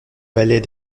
palais